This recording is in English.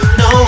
no